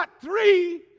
three